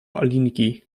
alinki